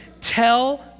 Tell